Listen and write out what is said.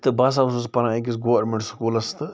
تہٕ بہٕ ہَسا اوسُس پَران أکِس گورمیٚنٛٹ سکوٗلَس تہٕ